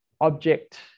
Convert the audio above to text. object